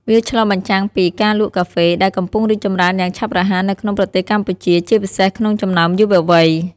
វាឆ្លុះបញ្ចាំងពី ការលក់កាហ្វេ ដែលកំពុងរីកចម្រើនយ៉ាងឆាប់រហ័សនៅក្នុងប្រទេសកម្ពុជា ជាពិសេសក្នុងចំណោមយុវវ័យ។